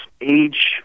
age